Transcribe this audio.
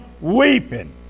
weeping